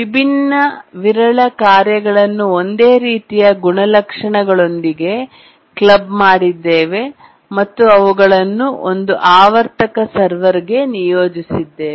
ವಿಭಿನ್ನ ವಿರಳ ಕಾರ್ಯಗಳನ್ನು ಒಂದೇ ರೀತಿಯ ಗುಣಲಕ್ಷಣಗಳೊಂದಿಗೆ ಕ್ಲಬ್ ಮಾಡಿದ್ದೇವೆ ಮತ್ತು ಅವುಗಳನ್ನು ಒಂದು ಆವರ್ತಕ ಸರ್ವರ್ಗೆ ನಿಯೋಜಿಸಿದ್ದೇವೆ